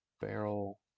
barrel